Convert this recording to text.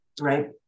right